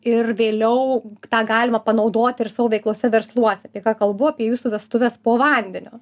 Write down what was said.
ir vėliau tą galima panaudoti ir savo veiklose versluose apie ką kalbu apie jūsų vestuves po vandeniu